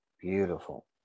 Beautiful